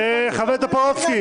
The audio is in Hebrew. חבר הכנסת טופורובסקי,